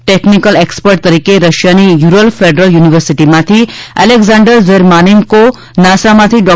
technical expert તરીકે રશિયાની Ural federal યુનિવર્સિટીમાંથી એલેક્ઝાન્ડર જેરમાનેન્કો નાસામાંથી ડો